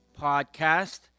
podcast